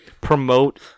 promote